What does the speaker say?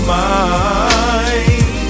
mind